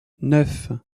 neuf